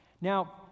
Now